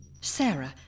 Sarah